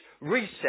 reset